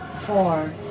four